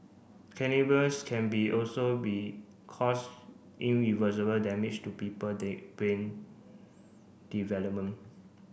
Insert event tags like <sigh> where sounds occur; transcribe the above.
<unintelligible> can be also be cause irreversible damage to people their brain development